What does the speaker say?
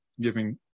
giving